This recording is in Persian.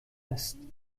است